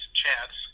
chance